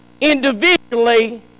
individually